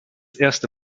erste